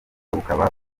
bukaba